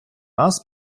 нас